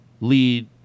lead